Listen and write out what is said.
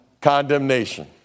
condemnation